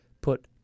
put